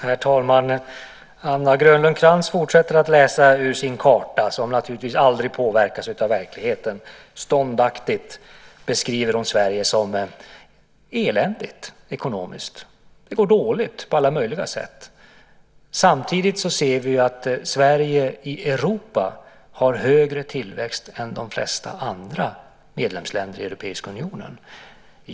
Herr talman! Anna Grönlund Krantz fortsätter att läsa från sin karta som naturligtvis aldrig påverkas av verkligheten. Ståndaktigt beskriver hon Sverige som eländigt ekonomiskt - det går dåligt på alla möjliga sätt. Samtidigt ser vi att Sverige i Europa har högre tillväxt än de flesta andra medlemsländer i Europeiska unionen.